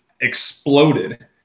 exploded